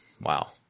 wow